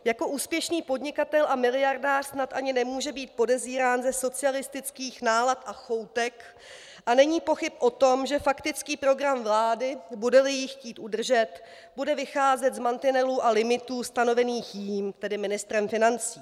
Jako úspěšný podnikatel a miliardář snad ani nemůže být podezírán ze socialistických nálad a choutek, a není pochyb o tom, že faktický program vlády, budeli ji chtít udržet, bude vycházet z mantinelů a limitů stanovených jím, tedy ministrem financí.